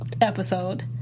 episode